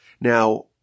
Now